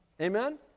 Amen